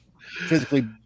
physically